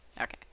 okay